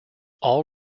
all